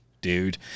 dude